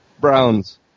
Browns